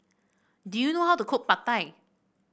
do you know how to cook Pad Thai